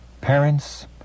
Parents